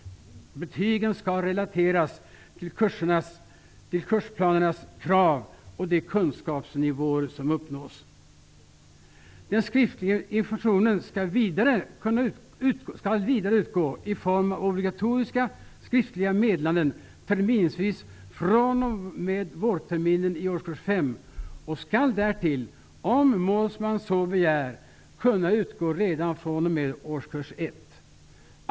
Betygen skall relateras till kursplanernas krav och de kunskapsnivåer som uppnås. Den skriftliga informationen skall vidare utgå i form av obligatoriska skriftliga meddelanden terminsvis fr.o.m. vårterminen i årskurs 5 och skall därtill -- om målsman så begär -- kunna utgå redan fr.o.m. årskurs 1.